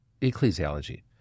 ecclesiology